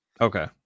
okay